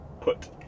put